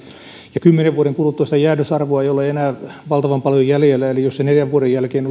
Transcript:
ja kymmenen vuoden kuluttua sitä jäännösarvoa ei ole enää valtavan paljon jäljellä eli jos se neljän vuoden jälkeen